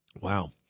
Wow